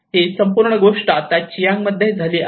ही संपूर्ण गोष्ट आता चियांगमध्ये झाली आहे